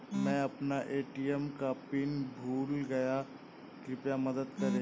मै अपना ए.टी.एम का पिन भूल गया कृपया मदद करें